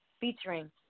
featuring